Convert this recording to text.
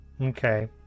Okay